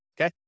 okay